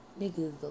niggas